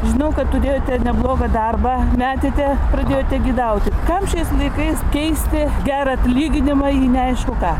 žinau kad turėjote neblogą darbą metėte pradėjote gidauti kam šiais laikais keisti gerą atlyginimą į neaišku ką